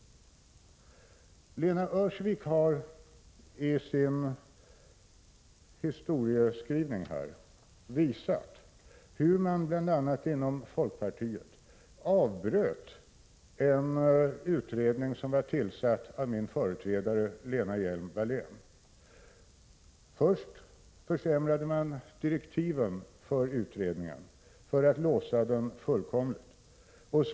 Lena Öhrsvik har i sin historieskrivning här visat hur man bl.a. inom folkpartiet avbröt en utredning som var tillsatt av min företrädare Lena Hjelm-Wallén. Först försämrade man direktiven för utredningen för att fullkomligt låsa den.